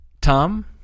Tom